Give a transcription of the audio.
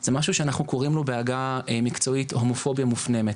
זה משהו שאנחנו קוראים לו בעגה מקצועית הומופוביה מופנמת.